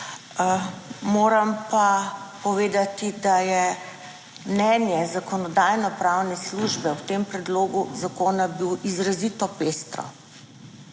Moram pa povedati, da je mnenje Zakonodajno-pravne službe o tem predlogu zakona bil izrazito pestro,